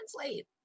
translate